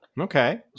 Okay